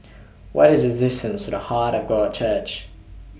What IS The distance to The Heart of God Church